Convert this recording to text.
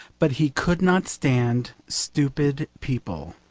but he could not stand stupid people,